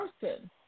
person